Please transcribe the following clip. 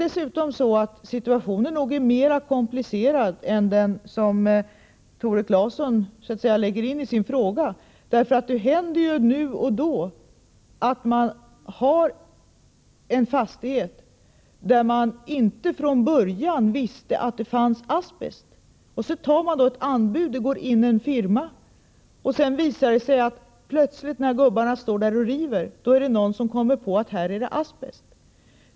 Situationen är nog mera komplicerad än vad Tore Claeson lägger in i sin fråga, för det händer ju av och till att man har en fastighet, där man inte från början visste att det fanns asbest. Så tar man då ett anbud, och det går in en firma, varefter någon plötsligt, när gubbarna står där och river, kommer på att här är det asbest.